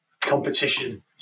competition